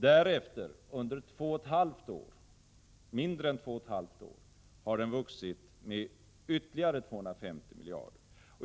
Därefter, under mindre än två och ett halvt år, har den vuxit med ytterligare 250 miljarder.